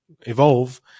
evolve